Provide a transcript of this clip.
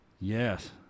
Yes